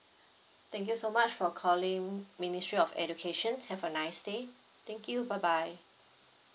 thank you so much for calling ministry of education have a nice day thank you bye bye